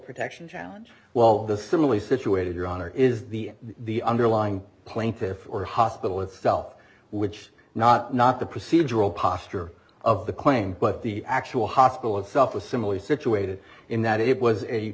protection challenge well the similarly situated your honor is the the underlying plaintiffs or hospital itself which not not the procedural posture of the claim but the actual hospital itself was similarly situated in that it was a